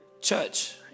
church